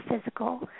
physical